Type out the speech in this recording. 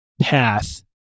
path